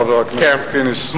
חבר הכנסת אקוניס,